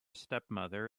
stepmother